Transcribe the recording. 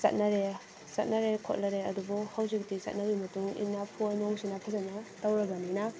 ꯆꯠꯅꯔꯦ ꯆꯠꯅꯔꯦ ꯈꯣꯠꯅꯔꯦ ꯑꯗꯨꯕꯨ ꯍꯧꯖꯤꯛꯇꯤ ꯆꯠꯅꯕꯤꯒꯤ ꯃꯇꯨꯡ ꯏꯟꯅ ꯐꯣꯟ ꯅꯨꯡꯁꯤꯅ ꯐꯖꯅ ꯇꯧꯔꯕꯅꯤꯅ